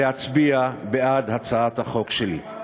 ולהצביע בעד הצעת החוק שלי.